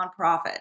nonprofit